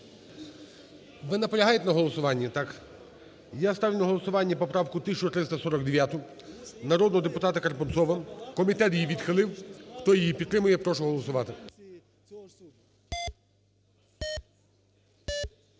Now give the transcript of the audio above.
Ви наполягаєте на голосуванні? Так? Я ставлю на голосування поправку 1349 народного депутата Карпунцова, комітет її відхилив. Хто її підтримує? Прошу голосувати.